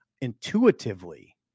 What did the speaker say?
intuitively